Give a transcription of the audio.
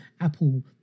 Apple